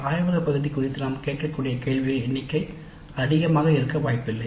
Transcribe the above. ஆய்வகப் பகுதி குறித்து நாம் கேட்கக்கூடிய கேள்விகளின் எண்ணிக்கை அதிகமாக இருக்க வாய்ப்பில்லை